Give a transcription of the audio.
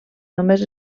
només